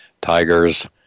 Tiger's